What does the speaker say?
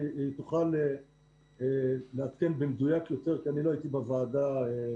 היא תוכל לעדכן במדויק יותר כי אני לא הייתי בישיבת הוועדה.